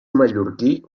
mallorquí